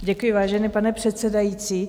Děkuji, vážený pane předsedající.